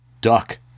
Duck